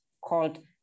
called